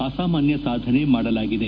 ಅಸಾಮಾನ್ನ ಸಾಧನೆ ಮಾಡಲಾಗಿದೆ